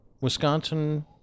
wisconsin